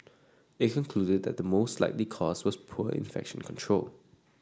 it concluded that the most likely cause was poor infection control